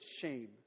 shame